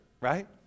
right